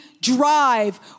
drive